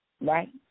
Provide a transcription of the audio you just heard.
Right